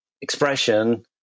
expression